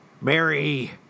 Mary